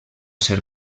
ser